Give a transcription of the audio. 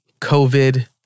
COVID